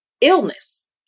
illness